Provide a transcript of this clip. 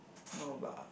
no but